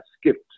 skipped